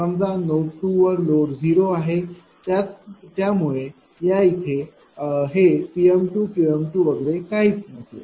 समजा नोड 2 वर लोड 0 आहे त्यामुळे या इथे हे Pm2 Qवगैरे काहीच नसेल